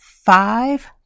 five